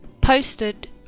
Posted